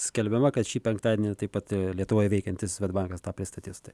skelbiama kad šį penktadienį taip pat lietuvoje veikiantis svedbankas tą pristatys tai